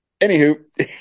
Anywho